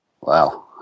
Wow